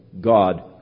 God